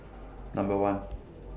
Number one